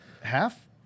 Half